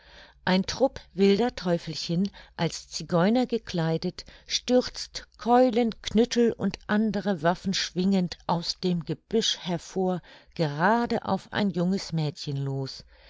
ein trupp wilder teufelchen als zigeuner gekleidet stürzt keulen knüttel und andere waffen schwingend aus dem gebüsch hervor gerade auf ein junges mädchen los